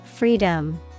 Freedom